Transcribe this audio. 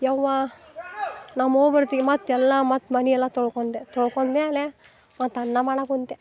ಯವ್ವಾ ನಮ್ಮವ್ವ ಬರೋತ್ತಿಗೆ ಮತ್ತೆ ಎಲ್ಲಾ ಮತ್ತು ಮನೆಯೆಲ್ಲ ತೊಳ್ಕೊಂಡೆ ತೋಳ್ಕೊಂಡ್ಮ್ಯಾಲೆ ಮತ್ತು ಅನ್ನ ಮಾಡಾಕೆ ಕುಂತೆ